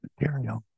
material